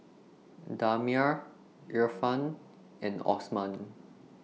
Damia Irfan and Osman